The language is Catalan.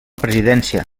presidència